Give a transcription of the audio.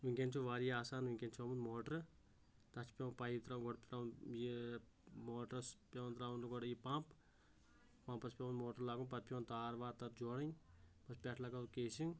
وُنٛکیٚن چھُ واریاہ آسان وُنٛکیٚن چھُ اومُت موٹر تتھ چھِ پیٚوان پایپ ترٛٲو گۄڈٕ پیٚوان یہِ موٹرس پیٚوان ترٛاوُن گۄڈٕ یہِ پمپ پمپَس پیٚوان موٹر لاگُن پتہٕ پیٚوان تار وار تتھ جوڈٕنۍ تہٕ پٮ۪ٹھہٕ لگٲو کیسِنٛگ